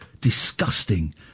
disgusting